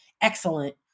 Excellent